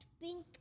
Pink